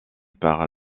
par